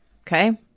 Okay